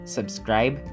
Subscribe